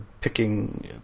picking